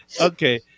Okay